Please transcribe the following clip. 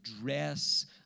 dress